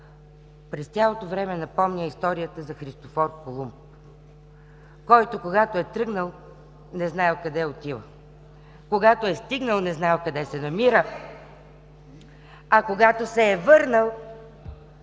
през цялото време напомня историята за Христофор Колумб, който, когато е тръгнал, не е знаел къде отива. Когато е стигнал, не е знаел къде се намира, а когато се е върнал,